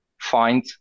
find